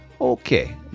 Okay